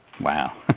Wow